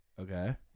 Okay